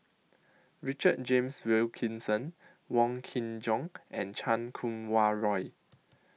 Richard James Wilkinson Wong Kin Jong and Chan Kum Wah Roy